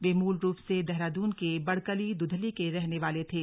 वे मूल रूप से देहरादून के बड़कली दुधली के रहने वाले थे